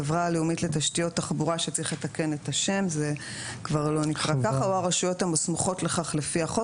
החברה הלאומית לתשתיות תחבורה או הרשויות המוסמכות לכך לפי החוק